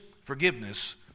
Forgiveness